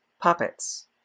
puppets